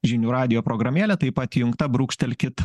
žinių radijo programėlė taip pat įjungta brūkštelkit